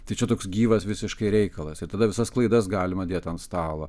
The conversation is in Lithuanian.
tai čia toks gyvas visiškai reikalas tada visas klaidas galima dėti ant stalo